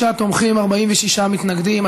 26 תומכים, 46 מתנגדים.